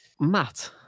Matt